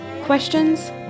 questions